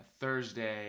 Thursday